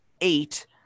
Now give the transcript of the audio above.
eight